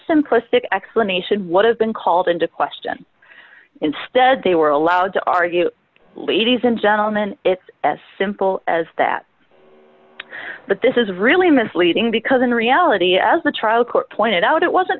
simplistic explanation would have been called into question instead they were allowed to argue ladies and gentleman it's as simple as that but this is really misleading because in reality as the trial court pointed out it wasn't